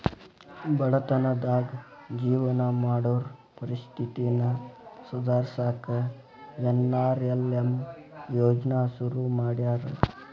ಬಡತನದಾಗ ಜೇವನ ಮಾಡೋರ್ ಪರಿಸ್ಥಿತಿನ ಸುಧಾರ್ಸಕ ಎನ್.ಆರ್.ಎಲ್.ಎಂ ಯೋಜ್ನಾ ಶುರು ಮಾಡ್ಯಾರ